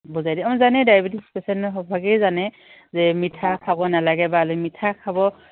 বুজাই দিম অঁ জানেই ডায়েবেটিছ পেচেণ্ট সৰহভাগেই জানে যে মিঠা খাব নালাগে বা মিঠা খাব